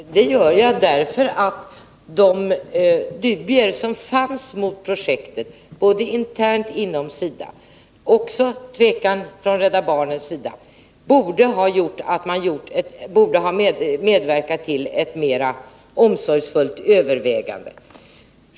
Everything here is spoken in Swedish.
Herr talman! Ja, det gör jag därför att de dubier som fanns inom SIDA internt och den tvekan som visades från Rädda barnens sida borde ha gjort YT att man medverkat till ett mera omsorgsfullt övervägande.